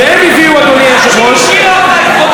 עד שהיא השאירה אותה עם חובות.